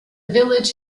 village